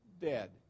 dead